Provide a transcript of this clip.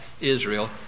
Israel